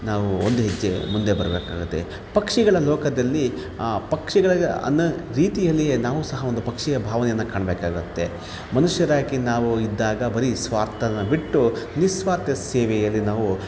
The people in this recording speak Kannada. ನಾವು ಒಂದು ಹೆಜ್ಜೆ ಮುಂದೆ ಬರಬೇಕಾಗುತ್ತೆ ಪಕ್ಷಿಗಳ ಲೋಕದಲ್ಲಿ ಆ ಪಕ್ಷಿಗಳಿಗೆ ಅನ್ನೋ ರೀತಿಯಲ್ಲಿಯೇ ನಾವು ಸಹ ಒಂದು ಪಕ್ಷಿಯ ಭಾವನೆಯನ್ನು ಕಾಣಬೇಕಾಗುತ್ತೆ ಮನುಷ್ಯರಾಗಿ ನಾವು ಇದ್ದಾಗ ಬರೀ ಸ್ವಾರ್ಥವನ್ನು ಬಿಟ್ಟು ನಿಸ್ವಾರ್ಥ ಸೇವೆಯಲ್ಲಿ ನಾವು